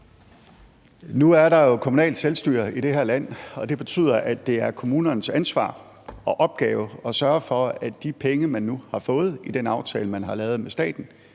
Nu er der jo kommunalt selvstyre i det her land, og det betyder, at det er kommunernes ansvar og opgave at sørge for, at de penge, man nu har fået i den aftale, man har lavet med staten,